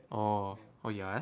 orh oh ya